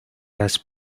las